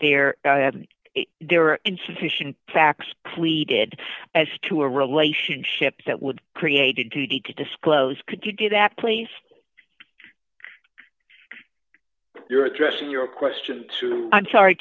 here there are insufficient facts pleaded as to a relationship that would create a duty to disclose could you do that please you're addressing your question to i'm sorry